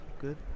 good